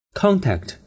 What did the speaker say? contact